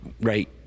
right